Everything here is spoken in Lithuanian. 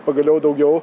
pagaliau daugiau